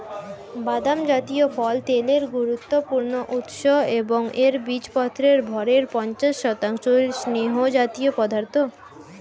বাদাম জাতীয় ফল তেলের গুরুত্বপূর্ণ উৎস এবং এর বীজপত্রের ভরের পঞ্চাশ শতাংশ স্নেহজাতীয় পদার্থ